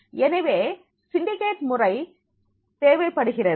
எனவே சிண்டிகேட் முறை தேவைப்படுகிறது